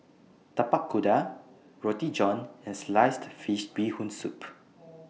Tapak Kuda Roti John and Sliced Fish Bee Hoon Soup